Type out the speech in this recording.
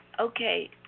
Okay